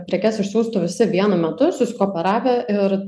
prekes išsiųstų visi vienu metu ir susikooperavę ir